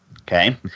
Okay